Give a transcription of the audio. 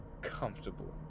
comfortable